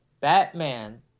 Batman